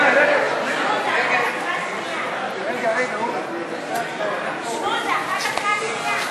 להביע אי-אמון בממשלה לא נתקבלה.